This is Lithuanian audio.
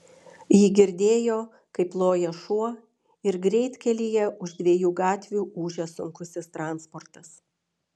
ji girdėjo kaip loja šuo ir greitkelyje už dviejų gatvių ūžia sunkusis transportas